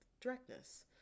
directness